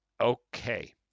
Okay